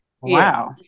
Wow